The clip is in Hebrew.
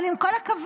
אבל עם כל הכבוד,